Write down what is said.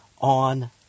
on